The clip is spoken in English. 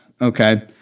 Okay